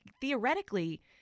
theoretically